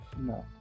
No